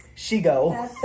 She-go